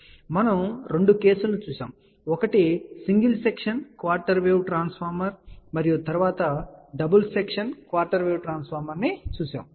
అప్పుడు మనం రెండు కేసులను చూశాము ఒకటి single section quarter wave transformer మరియు తరువాత డబుల్ సెక్షన్ క్వార్టర్ వేవ్ ట్రాన్స్ఫార్మర్ను చూశాము